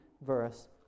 verse